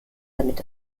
damit